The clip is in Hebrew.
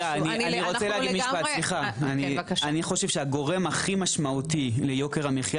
אני חושב שהגורם הכי משמעותי ליוקר המחיה